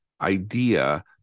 idea